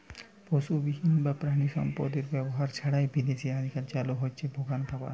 পশুবিহীন বা প্রাণিসম্পদএর ব্যবহার ছাড়াই বিদেশে আজকাল চালু হইচে ভেগান খামার